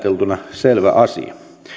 selvä asia